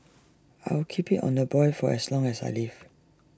I'll keep IT on the boil for as long as I live